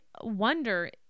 wonder